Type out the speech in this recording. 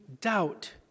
doubt